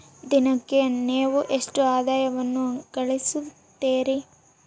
ದಿನಕ್ಕೆ ನೇವು ಎಷ್ಟು ಆದಾಯವನ್ನು ಗಳಿಸುತ್ತೇರಿ?